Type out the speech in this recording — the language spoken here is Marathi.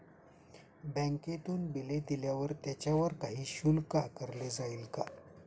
बँकेतून बिले दिल्यावर त्याच्यावर काही शुल्क आकारले जाईल का?